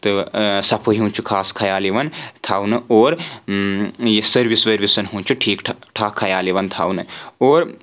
تہٕ صفٲیی ہُنٛد چھُ خاص خیال یِوَان تھاونہٕ اور یہِ سٔروِس ؤروِسَن ہُنٛد چھُ ٹھیٖک ٹھاک خیال یِوَان تھاونہٕ اور